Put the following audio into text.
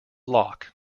lock